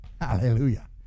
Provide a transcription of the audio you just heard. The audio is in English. Hallelujah